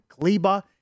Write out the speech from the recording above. Kleba